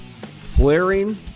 flaring